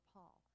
Paul